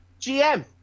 GM